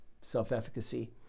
self-efficacy